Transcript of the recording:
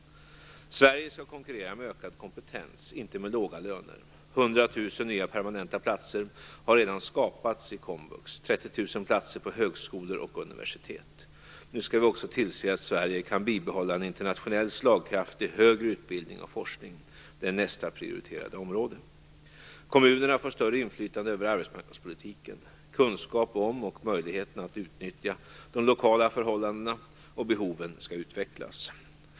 Sverige skall konkurrera med ökad kompetens, inte med låga löner. 100 000 nya permanenta platser har redan skapats i komvux, 30 000 platser på högskolor och universitet. Nu skall vi också tillse att Sverige kan behålla en internationellt slagkraftig högre utbildning och forskning. Det är nästa prioriterade område. Kommunerna får större inflytande över arbetsmarknadspolitiken. Kunskapen om och möjligheten att utnyttja de lokala förhållandena och behoven skall utvecklas.